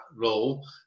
role